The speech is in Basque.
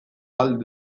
ahal